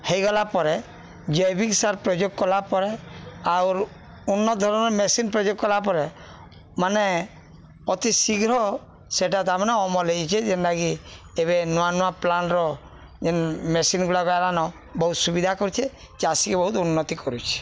ହେଇଗଲା ପରେ ଜୈବିକ ସାର୍ ପ୍ରଯୋଗ୍ କଲା ପରେ ଆଉର୍ ଉନ୍ନତ୍ ଧରଣର ମେସିନ୍ ପ୍ରଯୋଗ୍ କଲା ପରେ ମାନେ ଅତି ଶୀଘ୍ର ସେଟା ତାମାନେ ଅମଲ୍ ହେଇଛେ ଯେନ୍ଟାକି ଏବେ ନୂଆ ନୂଆ ପ୍ଲାଣ୍ଟର ଯେନ୍ ମେସିନ୍ଗୁଡ଼ାକ ଆଇଲାନ ବହୁତ ସୁବିଧା କରୁଛେ ଚାଷୀ ବହୁତ ଉନ୍ନତି କରୁଛେ